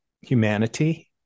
humanity